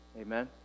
Amen